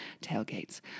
tailgates